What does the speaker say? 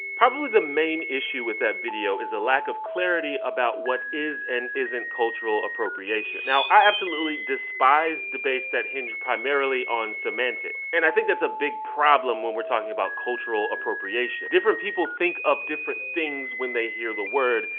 probably the main issue with that video is a lack of clarity about what is and isn't cultural appropriation. now, i absolutely despise debates that hinge primarily on semantics, and i think that's a big problem when we're talking about cultural appropriation. different people think of different things when they hear the word,